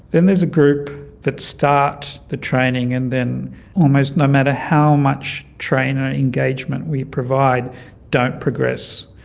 then there is a group that starts the training and then almost no matter how much trainer engagement we provide don't progress.